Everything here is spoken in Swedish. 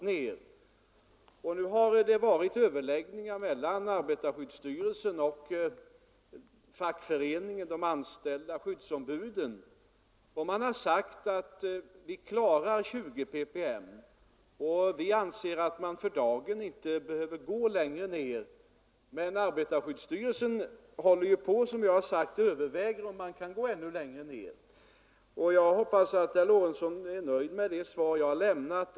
Det har varit överläggningar mellan arbetarskyddsstyrelsen, fackföreningen, de anställda och skyddsombuden, och man har sagt att för dagen behöver vi inte gå längre ned än till 20 ppm. Som jag nämnt överväger dock arbetarskyddsstyrelsen att gå ännu längre ned. Jag hoppas att herr Lorentzon är nöjd med det svar jag har lämnat.